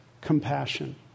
compassion